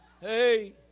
Hey